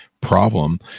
problem